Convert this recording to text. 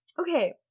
okay